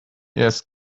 asked